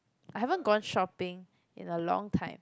I haven't gone shopping in a long time